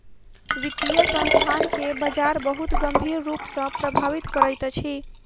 वित्तीय संस्थान के बजार बहुत गंभीर रूप सॅ प्रभावित करैत अछि